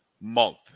month